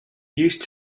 used